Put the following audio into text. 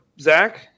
Zach